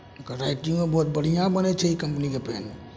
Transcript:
ओकर राइटिंगो बहुत बढ़िआँ बनै छै एहि कम्पनीके पेनमे